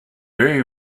very